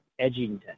Edgington